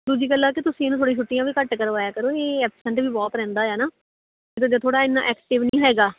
ਦੂਜੀ ਗੱਲਾਂ ਆ ਕਿ ਤੁਸੀਂ ਇਹਨੂੰ ਥੋੜ੍ਹੀ ਛੁੱਟੀਆਂ ਵੀ ਘੱਟ ਕਰਵਾਇਆ ਕਰੋ ਇਹ ਐਬਸੈਂਟ ਵੀ ਬਹੁਤ ਰਹਿੰਦਾ ਆ ਨਾ ਥੋੜ੍ਹਾ ਇੰਨਾ ਐਕਟਿਵ ਨਹੀਂ ਹੈਗਾ